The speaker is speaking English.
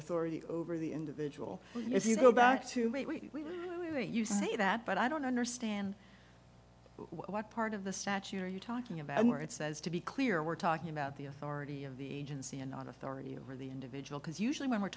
authority over the individual if you go back to me we only way you say that but i don't understand what part of the statute are you talking about where it says to be clear we're talking about the authority of the agency and not authority over the individual because usually when we're